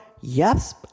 Yes